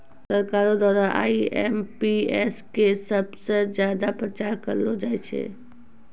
सरकारो द्वारा आई.एम.पी.एस क सबस ज्यादा प्रचार करलो जाय छै